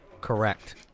Correct